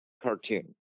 cartoon